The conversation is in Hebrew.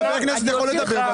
חבר כנסת יכול לדבר,